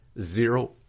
zero